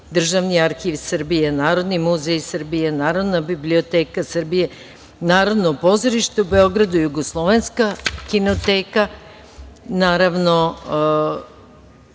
Državni arhiv Srbije, Narodni muzej Srbije, Narodna biblioteka Srbije, Narodno pozorište u Beogradu, Jugoslovenska kinoteka, naravno